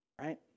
right